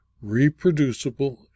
reproducible